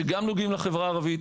שגם נוגעים לחברה הערבית,